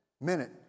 minute